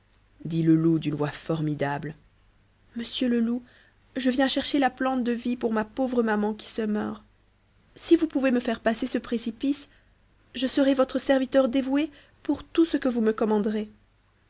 dit le loup d'une voix formidable monseigneur le loup je viens chercher la plante de vie pour ma pauvre maman qui se meurt si vous pouvez me faire passer ce précipice je serai votre serviteur dévoué pour tout ce que vous me commanderez